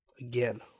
Again